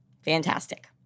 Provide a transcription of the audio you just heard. Fantastic